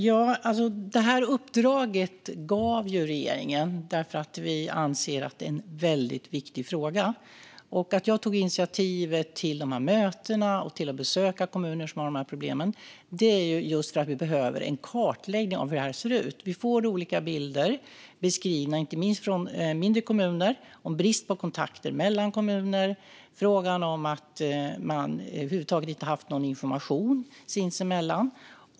Fru talman! Regeringen gav detta uppdrag för att vi anser att det här är en väldigt viktig fråga. Jag tog initiativet till möten och till att besöka kommuner som har de här problemen därför att vi behöver en kartläggning av hur det här ser ut. Vi får olika bilder beskrivna, inte minst från mindre kommuner, om brist på kontakter mellan kommuner. Det handlar om att man över huvud taget inte har haft någon information sinsemellan.